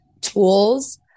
tools